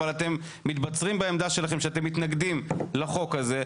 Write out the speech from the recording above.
אבל אתם מתבצרים בעמדה שלכם שאתם מתנגדים לחוק הזה.